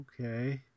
okay